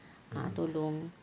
ah tolong